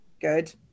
good